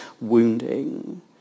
wounding